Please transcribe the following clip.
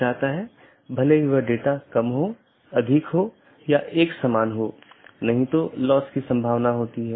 यहाँ multi home AS के 2 या अधिक AS या उससे भी अधिक AS के ऑटॉनमस सिस्टम के कनेक्शन हैं